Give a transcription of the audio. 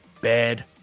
Bad